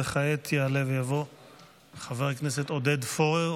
וכעת יעלה ויבוא חבר הכנסת עודד פורר,